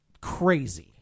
crazy